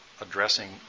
addressing